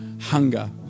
hunger